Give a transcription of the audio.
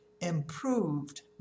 improved